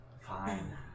fine